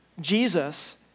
Jesus